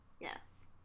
yes